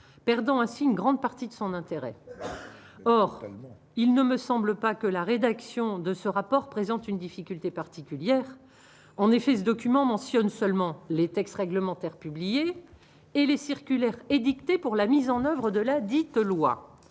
perdant ainsi une grande partie de son intérêt, or il ne me semble pas que la rédaction de ce rapport présente une difficulté particulière, en effet, ce document mentionne seulement les textes réglementaires publiés et les circulaires édictées pour la mise en oeuvre de ladite loi